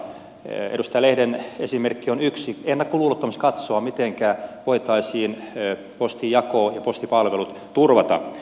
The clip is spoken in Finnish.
edustaja lehden esimerkki on yksi tapa ennakkoluulottomasti katsoa mitenkä voitaisiin postinjako ja postipalvelut turvata